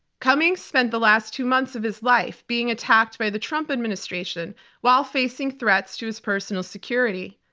cummings spent the last two months of his life being attacked by the trump administration while facing threats to his personal security.